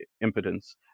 impotence